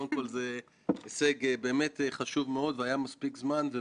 איתן, ניצחת על המלאכה והתגברת והובלת את הצוות.